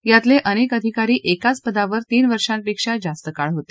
यातले अनेक अधिकारी एकाच पदावर तीन वर्षापेक्षा अधिक काळ होते